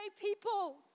people